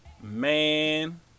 Man